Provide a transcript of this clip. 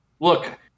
Look